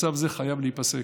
מצב זה חייב להיפסק.